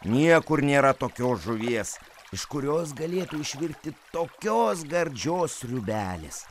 niekur nėra tokios žuvies iš kurios galėtų išvirti tokios gardžios sriubelės